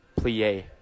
Plie